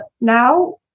now